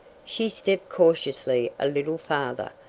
she stepped cautiously a little farther.